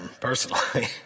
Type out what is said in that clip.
personally